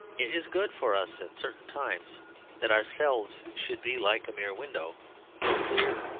it is good for us at certain times that ourselves should be like a mere window as clear,